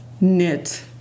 knit